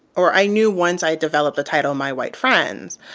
or i knew once i developed the title my white friends,